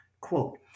quote